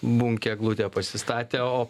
bunkė eglutę pasistatė o